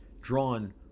Drawn